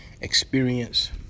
experience